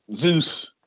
Zeus